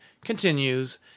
continues